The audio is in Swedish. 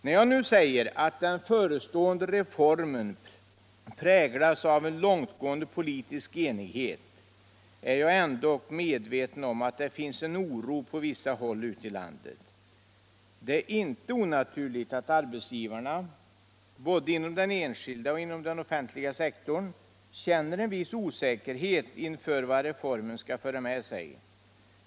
När jag nu säger att den förestående reformen präglas av en långtgående politisk enighet är jag ändock medveten om att det finns en oro på vissa håll ute i landet. Det är inte onaturligt att arbetsgivarna — både inom den enskilda och inom den offentliga sektorn — känner en viss osäkerhet inför vad reformen skall föra med sig.